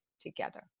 together